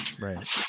Right